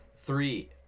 Three